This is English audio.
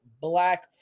black